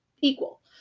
equal